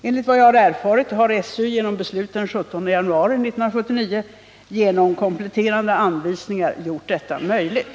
Enligt vad jag erfarit har SÖ genom beslut den 17 januari 1979 genom kompletterande anvisningar gjort detta möjligt.